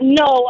no